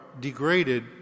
degraded